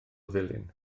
ddulyn